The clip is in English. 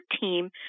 team